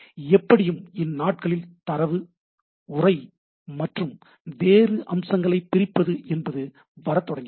எப்படியும் இந்நாட்களில் தரவு உரை மற்றும் வேறு அம்சங்களைப் பிரிப்பது என்பது வரத்தொடங்கியுள்ளன